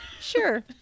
Sure